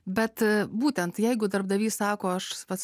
bet būtent jeigu darbdavys sako aš pats